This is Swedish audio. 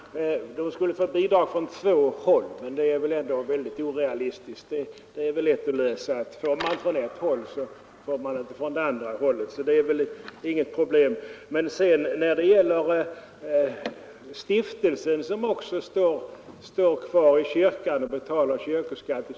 Herr talman! De invandrarkyrkor som det här gäller skulle, invänder man, få bidrag från två håll — men det är väl ändå väldigt orealistiskt. Detta är lätt att lösa. Får man från det ena hållet, så får man naturligtvis inte från det andra; det är inget problem. Sedan är det riktigt att Evangeliska fosterlandsstiftelsens medlemmar som regel står kvar i svenska kyrkan och betalar kyrkoskatt.